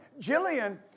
Jillian